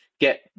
get